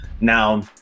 now